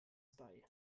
bei